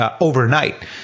overnight